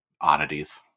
oddities